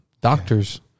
Doctors